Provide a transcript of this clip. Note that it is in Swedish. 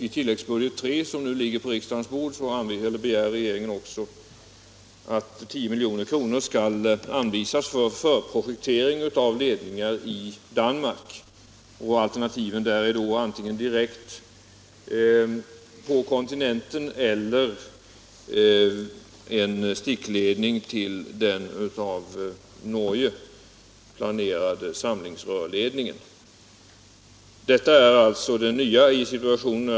I tilläggsbudget 3, som nu ligger på riksdagens bord, begär regeringen att 10 milj.kr. skall anvisas för förprojektering av ledningar i Danmark. Alternativen är antingen direkt förbindelse med kontinenten eller en stickledning till den av Norge planerade samlingsrörledningen. Detta är alltså det nya i situationen.